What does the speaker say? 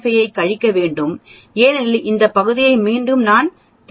5 ஐக் கழிக்க வேண்டும் ஏனெனில் இந்த பகுதியை மட்டுமே நான் தெரிந்து கொள்ள வேண்டும்